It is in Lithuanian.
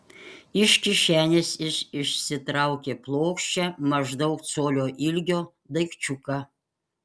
iš kišenės jis išsitraukė plokščią maždaug colio ilgio daikčiuką